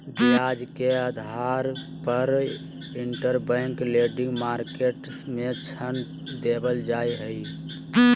ब्याज के आधार पर इंटरबैंक लेंडिंग मार्केट मे ऋण देवल जा हय